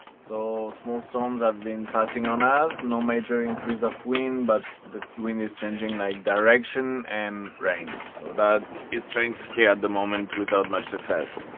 so small storms have been passing on us, no major increase of wind but the wind is changing like direction and rain so dad is trying to steer at the moment, without much success